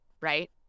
right